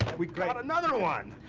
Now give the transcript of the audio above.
we've got another one.